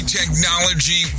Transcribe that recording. technology